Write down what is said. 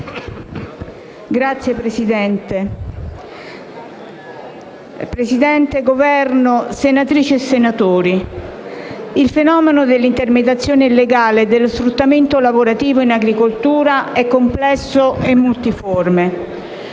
rappresentante del Governo, senatrici e senatori, il fenomeno dell'intermediazione illegale e dello sfruttamento lavorativo in agricoltura è complesso e multiforme;